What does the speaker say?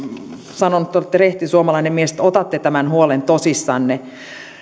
sanonut te olette rehti suomalainen mies että otatte tämän huolen tosissanne